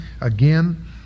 again